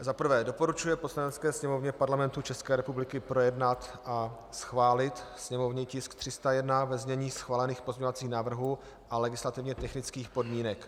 I. doporučuje Poslanecké sněmovně Parlamentu České republiky projednat a schválit sněmovní tisk 301 ve znění schválených pozměňovacích návrhů a legislativně technických podmínek.